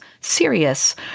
serious